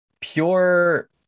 pure